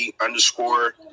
underscore